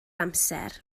amser